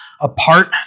apart